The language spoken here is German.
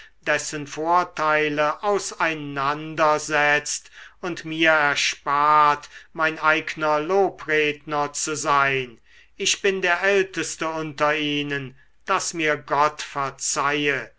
dessen vorteile auseinandersetzt und mir erspart mein eigner lobredner zu sein ich bin der älteste unter ihnen das mir gott verzeihe